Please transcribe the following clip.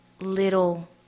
little